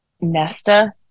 Nesta